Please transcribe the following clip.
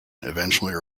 eventually